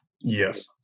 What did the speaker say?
Yes